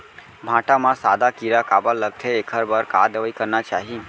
भांटा म सादा कीरा काबर लगथे एखर बर का दवई करना चाही?